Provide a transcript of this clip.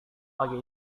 pagi